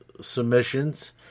submissions